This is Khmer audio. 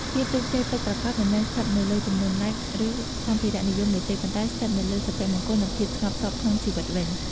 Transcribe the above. ភាពជោគជ័យពិតប្រាកដមិនមែនស្ថិតនៅលើចំនួន "Like" ឬសម្ភារៈនិយមនោះទេ ប៉ុន្តែស្ថិតនៅលើសុភមង្គល និងភាពស្កប់ស្កល់ក្នុងជីវិតវិញ។